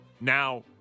Now